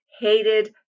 hated